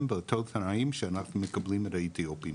באותם תנאים שאנחנו מקבלים את האתיופים.